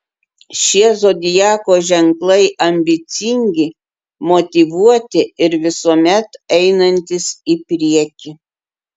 šie zodiako ženklai ambicingi motyvuoti ir visuomet einantys į priekį